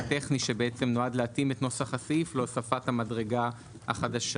טכני שנועד להתאים את נוסח הסעיף להוספת המדרגה החדשה.